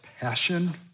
passion